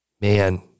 Man